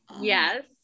Yes